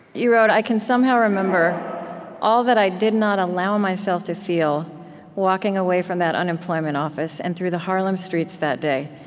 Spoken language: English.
you wrote, i can somehow remember all that i did not allow myself to feel walking away from that unemployment office and through the harlem streets that day,